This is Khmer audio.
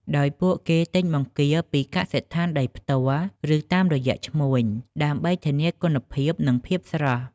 ដោយពួកគេទិញបង្គាពីកសិដ្ឋានដោយផ្ទាល់ ឬតាមរយៈឈ្មួញ ដើម្បីធានាគុណភាព និងភាពស្រស់។